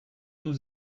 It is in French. nous